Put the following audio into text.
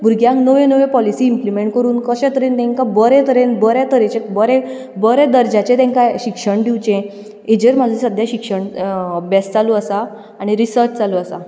भुरग्यांक नव्यो नव्यो पॉलिसी इंप्लिमेंट करून कश्या तरेन तांकां बरे तरेन बऱ्या तरेचे बरें बऱ्या दर्जाचें तांकां शिक्षण दिवचें हेजेर म्हाजें सद्या शिक्षण अभ्यास चालू आसा आनी रिसर्च चालू आसा